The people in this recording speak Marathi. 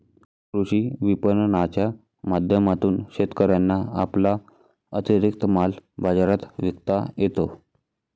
कृषी विपणनाच्या माध्यमातून शेतकऱ्यांना आपला अतिरिक्त माल बाजारात विकता येतो